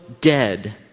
dead